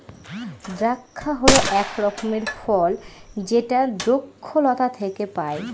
দ্রাক্ষা হল এক রকমের ফল যেটা দ্রক্ষলতা থেকে পায়